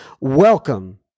welcome